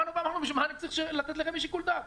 באנו ואמרנו: בשביל מה אני צריך לתת לרמ"י שיקול דעת?